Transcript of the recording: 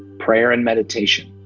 prayer and meditation,